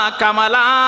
Kamala